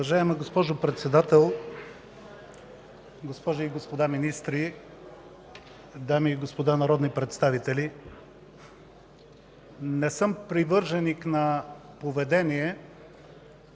Уважаема госпожо Председател, госпожи и господа министри, дами и господа народни представители! Не съм привърженик на поведение,